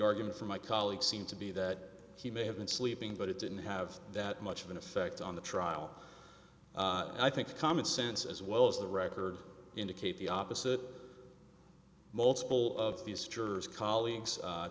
argument from my colleague seemed to be that he may have been sleeping but it didn't have that much of an effect on the trial i think the common sense as well as the record indicate the opposite multiple of these jurors colleagues